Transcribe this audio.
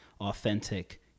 authentic